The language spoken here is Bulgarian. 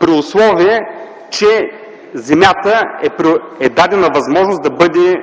при условие, че земята е дадено възможност да бъде